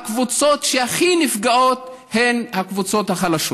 הקבוצות שהכי נפגעות הן הקבוצות החלשות,